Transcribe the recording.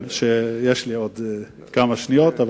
יש לי עוד כמה שניות.